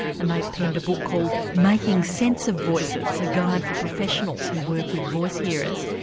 and they've penned a book called making sense of voices a guide for professions who work with voice hearers.